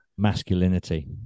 masculinity